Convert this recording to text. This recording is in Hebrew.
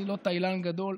אני לא טיילן גדול,